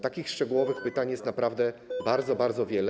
Takich szczegółowych pytań jest naprawdę bardzo, bardzo wiele.